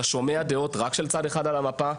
אתה שומע דעות רק של צד אחד על המפה.